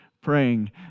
praying